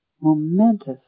momentous